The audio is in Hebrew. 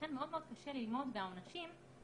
לכן מאוד מאוד קשה ללמוד מהעונשים על